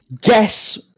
Guess